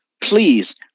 please